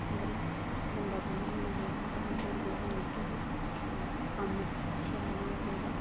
मगर गंदा कम्म नी होना चाहिदा मगर आ'ऊं ध्रोडियै बी बनाउदी ही पर कम्म शैल होना चाहिदा